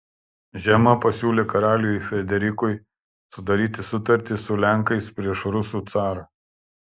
žema pasiūlė karaliui frederikui sudaryti sutartį su lenkais prieš rusų carą